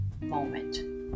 moment